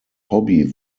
hobby